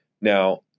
Now